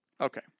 Okay